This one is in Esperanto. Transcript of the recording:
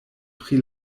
pri